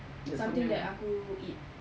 something that aku eat